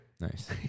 Nice